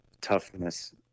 toughness